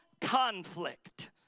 conflict